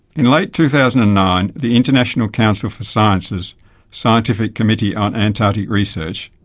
in late two thousand and nine the international council for science's scientific committee on antarctic research,